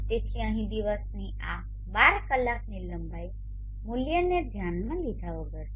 તેથી અહીં દિવસની આ 12 કલાકની લંબાઈ મૂલ્યને ધ્યાનમાં લીધા વગર છે